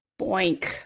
boink